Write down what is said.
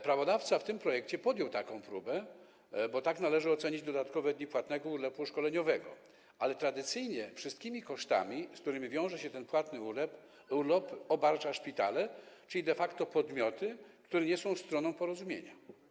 Prawodawca w tym projekcie podjął taką próbę, bo tak należy ocenić dodatkowe dni płatnego urlopu szkoleniowego, ale tradycyjnie wszystkimi kosztami, z którymi wiąże się ten płatny urlop, obarcza szpitale, czyli de facto podmioty, które nie są stroną porozumienia.